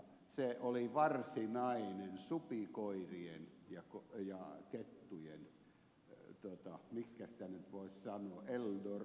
se oli varsinainen supikoirien ja kettujen miksikä sitä nyt voisi sanoa eldorado